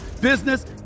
business